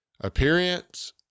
appearance